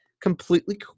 completely